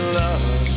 love